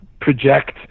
project